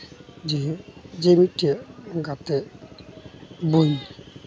ᱡᱮ ᱡᱮ ᱢᱤᱫᱴᱮᱡ ᱜᱟᱛᱮᱜ ᱵᱚᱱ